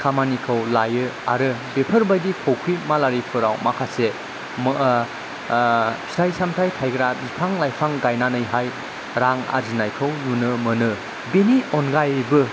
खामानिखौ लायो आरो बेफोरबायदि फुख्रि मालारिफोराव माखासे फिथाय सामथाइ थायग्रा बिफां लाइफां गायनानैहाय रां आरजिनायखौ नुनो मोनो बेनि अनगायैबो